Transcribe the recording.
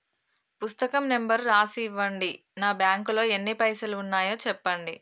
పుస్తకం నెంబరు రాసి ఇవ్వండి? నా బ్యాంకు లో ఎన్ని పైసలు ఉన్నాయో చెప్పండి?